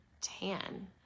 Tan